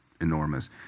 enormous